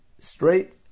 straight